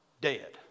Dead